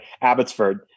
Abbotsford